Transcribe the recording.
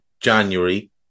January